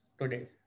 today